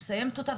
מסיימת אותה,